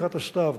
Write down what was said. לקראת הסתיו,